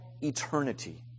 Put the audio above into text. eternity